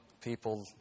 people